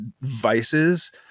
vices